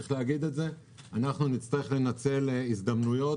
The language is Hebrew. אנחנו נצטרך לנצל הזדמנויות,